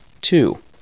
two